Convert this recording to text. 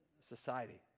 society